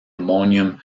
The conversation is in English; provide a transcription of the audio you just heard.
ammonium